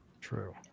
True